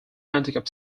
handicap